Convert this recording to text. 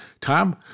Tom